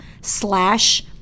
slash